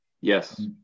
Yes